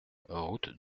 route